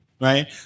right